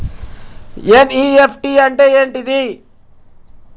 NEFT అంటే ఏంటిది?